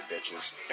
bitches